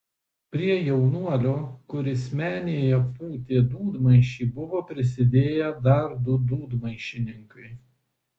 prie jaunuolio kuris menėje pūtė dūdmaišį buvo prisidėję dar du dūdmaišininkai